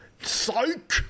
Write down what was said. psych